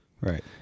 Right